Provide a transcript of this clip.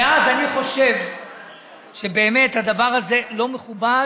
ואז אני חושב שבאמת הדבר הזה לא מכובד,